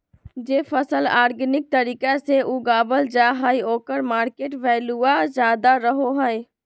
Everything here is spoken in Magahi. जे फसल ऑर्गेनिक तरीका से उगावल जा हइ ओकर मार्केट वैल्यूआ ज्यादा रहो हइ